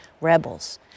rebels